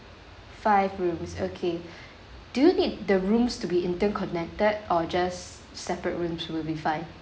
five rooms okay do you need the rooms to be interconnected or just separate rooms will be fine